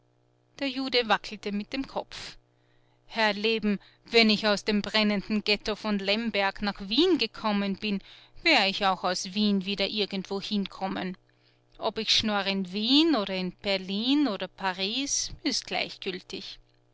der jude wackelte mit dem kopf herrleben wenn ich aus dem brennenden ghetto von lemberg nach wien gekommen bin wer ich auch aus wien wieder irgendwohin kommen ob ich schnorr in wien oder in berlin oder paris ist gleichgültig